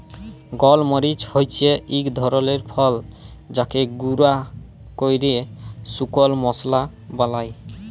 গল মরিচ হচ্যে এক ধরলের ফল যাকে গুঁরা ক্যরে শুকল মশলা বালায়